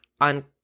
on